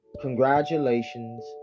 congratulations